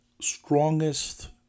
strongest